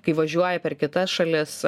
kai važiuoji per kitas šalis